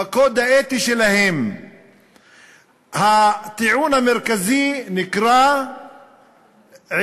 בקוד האתי שלהם הטיעון המרכזי נקרא "עקרון